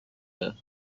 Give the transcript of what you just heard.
where